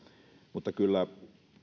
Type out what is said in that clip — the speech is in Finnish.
mutta kyllä